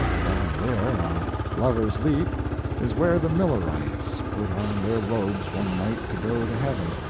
down there on lover's leap is where the millerites put on their robes one night to go to heaven.